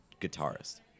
guitarist